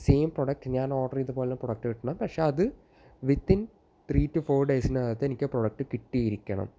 same product ഞാൻ order ചെയ്തത് പോല പ്രോഡക്റ്റ് കിട്ടണം പക്ഷെ അത് വിതിൻ ത്രീ ടു ഫോർ ഡേയ്സിനകത്ത് എനിക്കാ പ്രൊഡക്റ്റ് കിട്ടിയിരിക്കണം